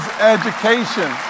education